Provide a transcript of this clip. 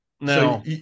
No